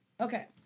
Okay